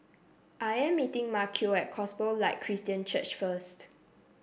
I am meeting Maceo at Gospel Light Christian Church first